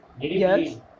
Yes